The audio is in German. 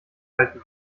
halten